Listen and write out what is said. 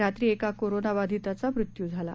रात्री एका कोरोना बधितांचा मृत्यू झाला आहे